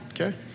Okay